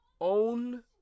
own